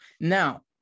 Now